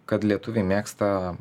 kad lietuviai mėgsta